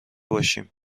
باشیم